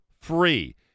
free